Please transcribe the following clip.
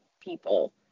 people